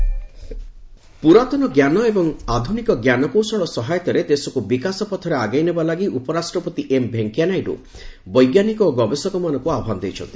VP ପୁରାତନ ଜ୍ଞାନ ଏବଂ ଆଧୁନିକ ଜ୍ଞାନକୌଶଳ ସହାୟତାରେ ଦେଶକୁ ବିକାଶପଥରେ ଆଗେଇ ନେବା ଲାଗି ଉପରାଷ୍ଟ୍ରପତି ଏମ୍ ଭେଙ୍କୟା ନାଇଡୁ ବୈଜ୍ଞାନିକ ଓ ଗବେଷକମାନଙ୍କୁ ଆହ୍ପାନ ଦେଇଛନ୍ତି